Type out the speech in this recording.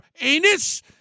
anus